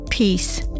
Peace